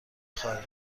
خوای